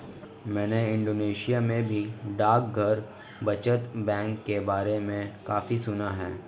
मैंने इंडोनेशिया में भी डाकघर बचत बैंक के बारे में काफी सुना था